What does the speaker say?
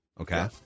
okay